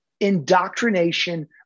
indoctrination